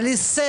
על אי סדר,